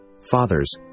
Fathers